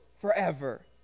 forever